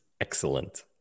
excellent